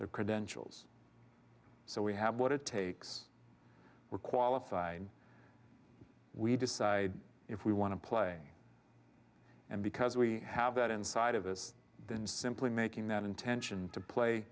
their credentials so we have what it takes we're qualified we decide if we want to play and because we have that inside of us then simply making that intention to play